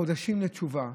חודשים לתשובה,